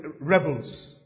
rebels